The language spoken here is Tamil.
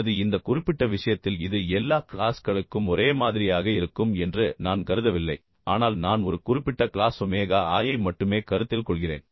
அல்லது இந்த குறிப்பிட்ட விஷயத்தில் இது எல்லா க்ளாஸ்களுக்கும் ஒரே மாதிரியாக இருக்கும் என்று நான் கருதவில்லை ஆனால் நான் ஒரு குறிப்பிட்ட க்ளாஸ் ஒமேகா i ஐ மட்டுமே கருத்தில் கொள்கிறேன்